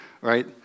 right